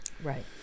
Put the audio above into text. Right